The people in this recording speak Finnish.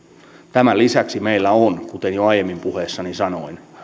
tämän lisäksi meillä on kuten jo aiemmin puheessani sanoin